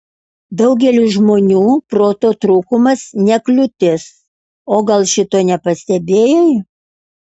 daugeliui žmonių proto trūkumas ne kliūtis o gal šito nepastebėjai